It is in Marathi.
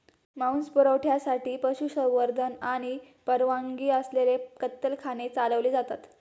मांस पुरवठ्यासाठी पशुसंवर्धन आणि परवानगी असलेले कत्तलखाने चालवले जातात